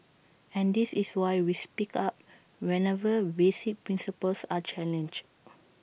and this is why we speak up whenever basic principles are challenged